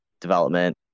development